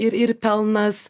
ir ir pelnas